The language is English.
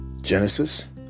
Genesis